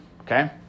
Okay